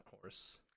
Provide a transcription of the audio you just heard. horse